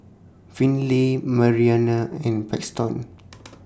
Finley Marianne and Paxton